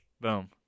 Boom